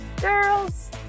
girls